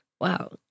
wow